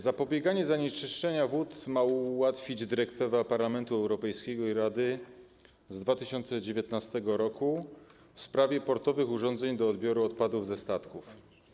Zapobieganie zanieczyszczeniu wód ma ułatwić dyrektywa Parlamentu Europejskiego i Rady z 2019 r. w sprawie portowych urządzeń do odbioru odpadów ze statków.